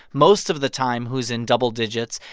most of the time, who's in double digits.